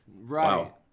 Right